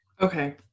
okay